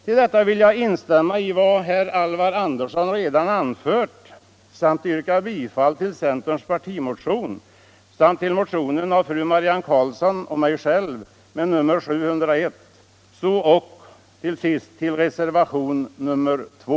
Därutöver vill jag instämma i vad herr Andersson i Knäred redan har anfört samt yrka bifall till reservationen 2.